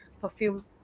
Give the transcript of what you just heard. perfume